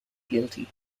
guilty